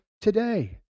today